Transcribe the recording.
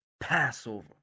Passover